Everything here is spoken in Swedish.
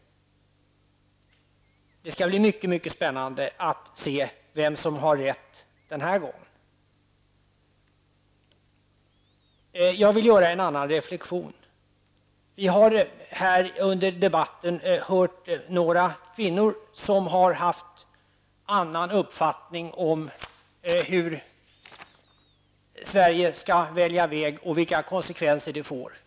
Det skall bli mycket spännande att se vem som har rätt den här gången. Jag vill göra en annan reflexion. Vi har här under debatten hört några kvinnor som har haft en annan uppfattning om hur Sverige skall välja väg och vilka konsekvenser det får.